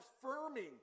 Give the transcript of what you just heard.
affirming